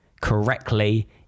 correctly